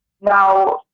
Now